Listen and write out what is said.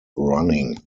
running